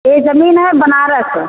ये जमीन है बनारस